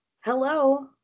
hello